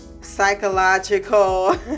psychological